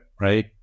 right